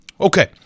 Okay